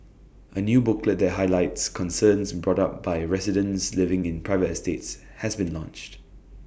A new booklet that highlights concerns brought up by residents living in private estates has been launched